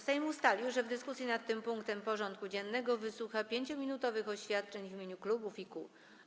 Sejm ustalił, że w dyskusji nad tym punktem porządku dziennego wysłucha 5-minutowych oświadczeń w imieniu klubów i kół.